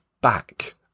back